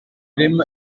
ddim